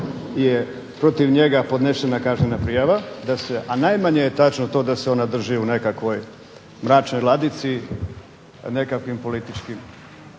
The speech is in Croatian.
da je protiv njega podnesena kaznena prijava, a najmanje je točno to da se ona drži u nekakvoj mračnoj ladici po nekakvim političkim